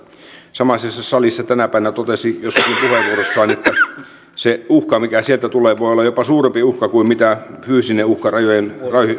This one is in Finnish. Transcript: samaisessa salissa tänä päivänä totesi jossakin puheenvuorossaan se uhka mikä sieltä tulee voi olla jopa suurempi uhka kuin mikä fyysinen uhka rajoihimme